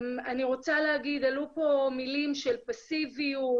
אני רוצה להגיד, עלו פה מילים של פסיביות,